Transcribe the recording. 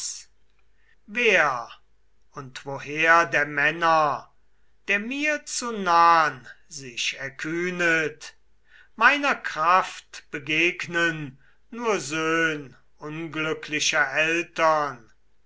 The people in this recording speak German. wer und woher der männer der mir zu nahn sich erkühnet meiner kraft begegnen nur söhn unglücklicher eltern